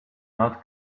not